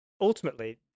ultimately